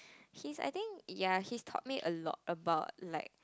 he's I think ya he's taught me a lot about like